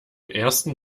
ersten